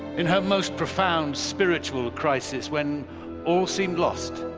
in her most profound spiritual crisis when all seemed lost,